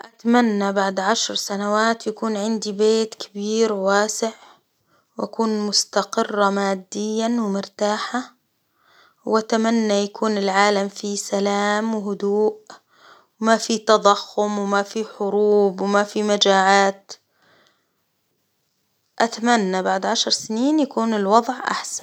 أتمنى بعد عشر سنوات يكون عندي بيت كبير وواسع، وأكون مستقرة ماديا ومرتاحة، وأتمنى يكون العالم فيه سلام وهدوء، ما في تضخم وما في حروب وما في مجاعات، أتمنى بعد عشر سنين يكون الوضع أحسن.